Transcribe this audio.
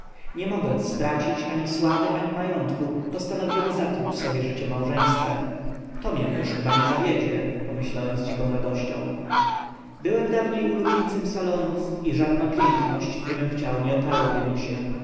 nie mogąc stracić ani sławy ani majątku postanowiłem zatruć sobie życie małżeństwem to mię już chyba nie zawiedzie pomyślałem z dziką radością byłem dawniej ulubieńcem salonów i żadna piękność gdybym chciał nie oparłaby mi się